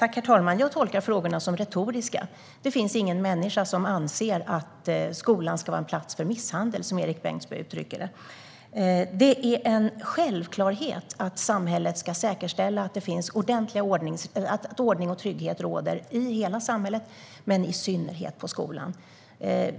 Herr talman! Jag tolkar frågorna som retoriska. Det finns ingen människa som anser att skolan ska vara en plats för misshandel, som Erik Bengtzboe uttrycker det. Det är en självklarhet att samhället ska säkerställa att ordning och trygghet råder i hela samhället men i synnerhet i skolan.